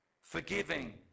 forgiving